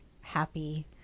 happy